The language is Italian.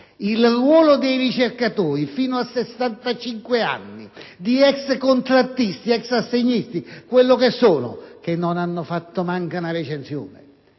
il ruolo dei ricercatori fino a 65 anni, di ex contrattisti, ex assegnisti o quello che erano, che non hanno fatto neanche una recensione,